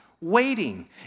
waiting